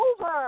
over